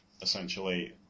essentially